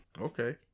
Okay